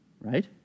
right